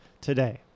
today